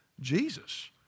Jesus